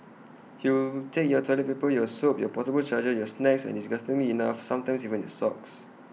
he will take your toilet paper your soap your portable charger your snacks and disgustingly enough sometimes even your socks